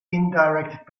indirect